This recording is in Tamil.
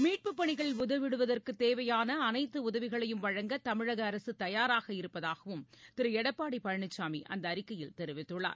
மீட்பு பணிகளில் உதவிடுவதற்குதேவையானஅனைத்தஉதவிகளையும் வழங்க தமிழகஅரசுதயாராக இருப்பதாகவும் திருஎடப்பாடிபழனிசாமிஅந்தஅறிக்கையில் தெரிவித்துள்ளார்